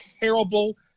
terrible –